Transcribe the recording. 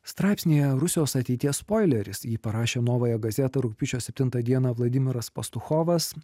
straipsnyje rusijos ateities spoileris jį parašė novoje gazeta rugpjūčio septintą dieną vladimiras pastuchovas